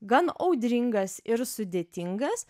gan audringas ir sudėtingas